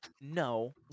no